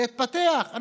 זה התפתח,